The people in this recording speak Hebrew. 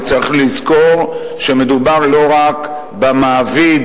וצריך לזכור שמדובר לא רק במעביד,